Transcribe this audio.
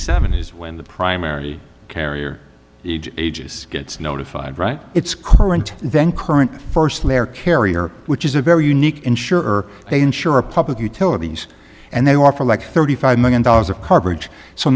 seventy s when the primary carrier ages gets notified right it's current then current first letter carrier which is a very unique insurer they insure a public utilities and they offer like thirty five million dollars of coverage so